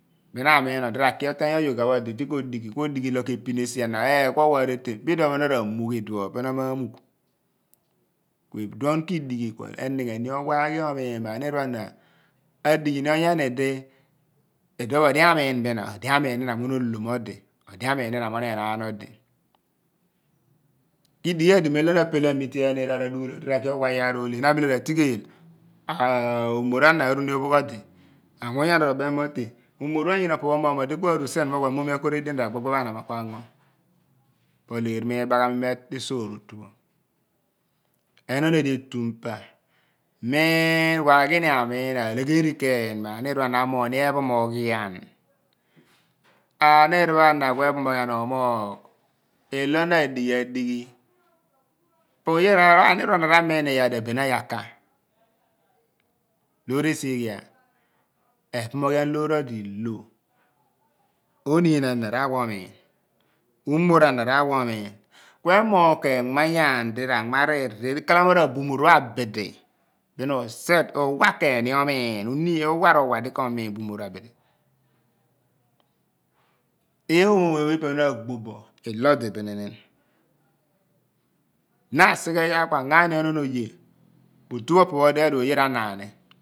Bin na amiin odi raki oteeny oyuga pho odi di ko dighi ku odighi ilo ka pin esi ana eephoghu areten po iduon pho na ra mugh iduo pho pe na ma mugh ku iduan ku idighi ku emigheni owa ghi omiin mo aniir pho ana adighi ni onyani di iduo pho odi amiin bo ina odi amiin ina mo nanolomodi odi amiin ina mo na enaan odi ki dighi edi mem lo na apel amiteaani iraer adughul otu ra ki owa yaar ole na bile ra tigheel aah umor ana am ni ophogh odi anwuny ana ro mem ghan mo teh mo umor pho anyi opo pho mo odi kuaru sien dughun ma amomi akoor edien mo ra gbubga ana ku augho po legher mo ibaghami me soor oku pho enon edi etum pa miin waghi ni amiin alegheri kheen mo aniir pho ana mo amoghni ephomoghian aniir pho ana ku ephomoghian omogh ilo na adighi adighi po oye aniir pho ana ramiin iyaar di abenaiah oka loor esi egwa ephomoghian loor odi ilo oniin ana rawa omiin ku emogh khen mnayaan di ra mnariir di khala mo ra bumoor pho abidi bin uset uwa kheen ni omiin nio uwa ro wa di ko miin bumoor pho abidi eomopho ipe pho na gbo bo ilo di bi ni nin na asi ghi yaar ku aughaani onon oye po otu pho opo pho dio pha di phe pho oye ra naani